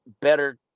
better